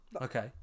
Okay